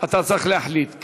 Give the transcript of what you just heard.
אתה צריך להחליט.